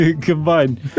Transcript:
Combined